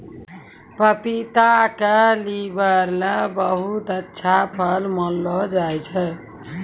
पपीता क लीवर ल बहुत अच्छा फल मानलो जाय छै